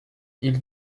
ils